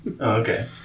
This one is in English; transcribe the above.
okay